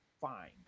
fine